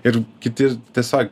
ir kiti tiesiog